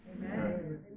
Amen